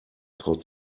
traut